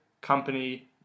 company